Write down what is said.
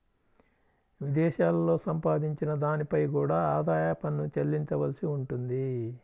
విదేశాలలో సంపాదించిన దానిపై కూడా ఆదాయ పన్ను చెల్లించవలసి ఉంటుంది